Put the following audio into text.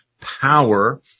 power